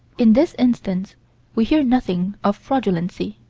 in this instance we hear nothing of fraudulency